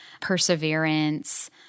perseverance